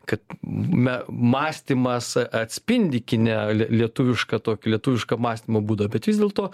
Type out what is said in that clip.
kad me mąstymas a atspindi kine lie lietuvišką tokį lietuvišką mąstymo būdą bet vis dėlto